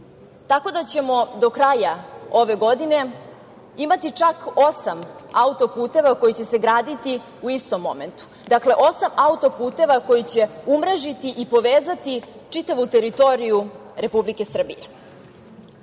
tako da ćemo do kraja ove godine imati čak osam autoputeva koji će se graditi u istom momentu, dakle, osam autoputeva koji će umrežiti i povezati čitavu teritoriju Republike